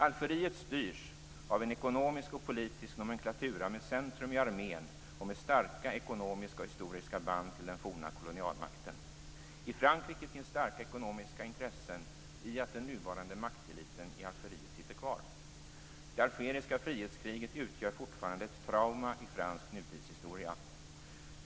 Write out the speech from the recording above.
Algeriet styrs av en ekonomisk och politisk nomenklatura med centrum i armén och med starka ekonomiska och historiska band till den forna kolonialmakten. I Frankrike finns starka ekonomiska intressen i att den nuvarande makteliten i Algeriet sitter kvar. Det algeriska frihetskriget utgör fortfarande ett trauma i fransk nutidshistoria.